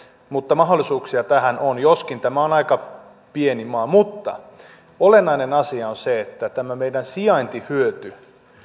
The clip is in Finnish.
mutta mahdollisuuksia tähän on joskin tämä on aika pieni maa mutta olennainen asia on se että tämä meidän sijaintihyötymme